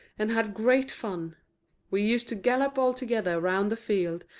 and had great fun we used to gallop all together round the field,